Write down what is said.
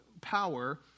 power